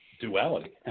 Duality